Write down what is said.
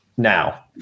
Now